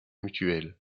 mutuelles